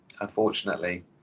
unfortunately